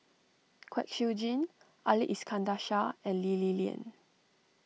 Kwek Siew Jin Ali Iskandar Shah and Lee Li Lian